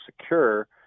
secure